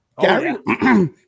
Gary